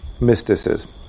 mysticism